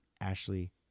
Ashley